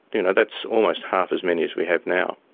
you know that's almost half as many as we have now,